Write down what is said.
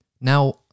Now